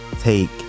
take